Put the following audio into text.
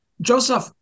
Joseph